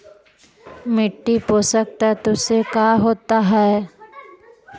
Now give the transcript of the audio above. मिट्टी पोषक तत्त्व से का होता है?